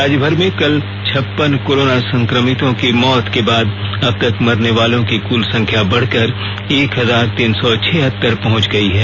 राज्य भर में कल छप्पन कोरोना संक्रमितों की मौत के बाद अब तक मरने वालों की क्ल संख्या बढ़कर एक हजार तीन सौ छिहतर पहुंच गई है